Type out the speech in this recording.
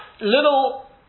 little